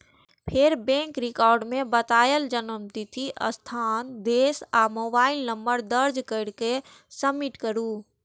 फेर bank record मे बतायल जन्मतिथि, स्थान, देश आ मोबाइल नंबर दर्ज कैर के सबमिट करू